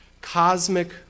Cosmic